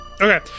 Okay